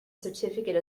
certificate